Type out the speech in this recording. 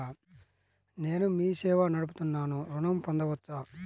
నేను మీ సేవా నడుపుతున్నాను ఋణం పొందవచ్చా?